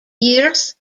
years